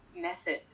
method